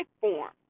form